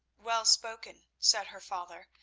well spoken, said her father,